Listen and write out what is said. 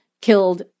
killed